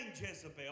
Jezebel